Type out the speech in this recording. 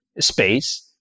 space